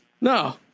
No